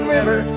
River